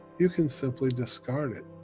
you can simply discard it.